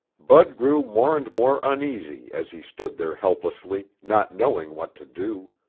bud grew more and more uneasy as he stood there helplessly, not knowing what to do.